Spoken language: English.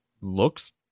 looks